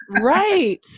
Right